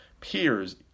peers